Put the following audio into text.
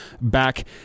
back